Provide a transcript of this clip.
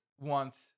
want